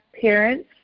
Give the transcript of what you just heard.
parents